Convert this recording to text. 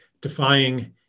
defying